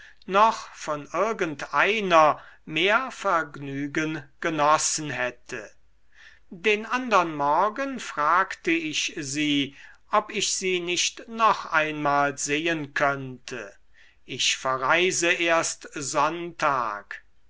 noch von irgendeiner mehr vergnügen genossen hätte den andern morgen fragte ich sie ob ich sie nicht noch einmal sehen könnte ich verreise erst sonntag